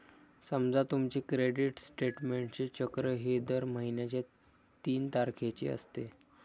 समजा तुमचे क्रेडिट स्टेटमेंटचे चक्र हे दर महिन्याच्या तीन तारखेचे असते